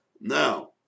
Now